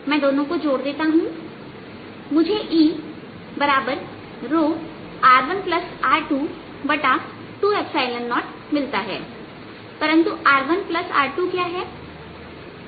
मैं दोनों को जोड़ देता हूं और मुझे E r1r220परंतु r1r2 क्या है